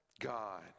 God